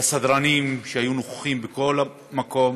לסדרנים שהיו נוכחים בכל מקום,